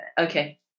Okay